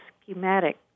schematic